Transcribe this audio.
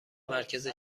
مرکز